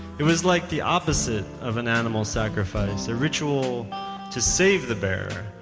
it was like the opposite of and animal sacrifice. a ritual to save the bear,